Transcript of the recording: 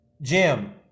jim